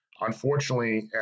Unfortunately